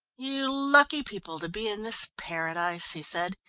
you lucky people to be in this paradise! he said.